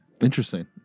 Interesting